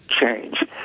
change